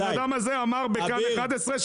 הבן אדם הזה אמר ב"כאן" 11,